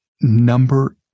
number